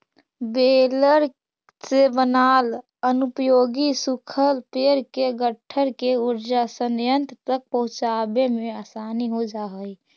baler से बनाल अनुपयोगी सूखल पेड़ के गट्ठर के ऊर्जा संयन्त्र तक पहुँचावे में आसानी हो जा हई